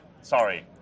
Sorry